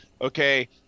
okay